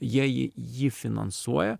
jie jį jį finansuoja